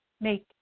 make